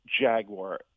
Jaguar